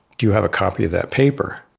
do you have a copy of that paper?